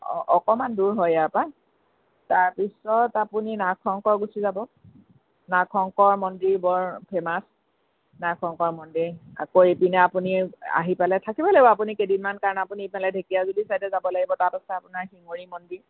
আকণমান দূৰ হয় ইয়াৰপৰা তাৰপিছত আপুনি নাগশংকৰ গুচি যাব নাগশংকৰ মন্দিৰ বৰ ফেমাছ নাগশংকৰ মন্দিৰ আকৌ ইপিনে আপুনি আহি পেলাই থাকিবই লাগিব আপুনি কেইদিনমান কাৰণ আপুনি এইফালে ঢেকিয়াজুলি ছাইডে যাব লাগিব তাত আছে আপোনাৰ শিঙৰী মন্দিৰ